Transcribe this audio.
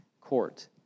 court